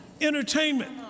entertainment